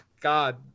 God